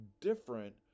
different